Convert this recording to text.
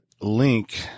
link